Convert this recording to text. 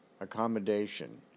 accommodation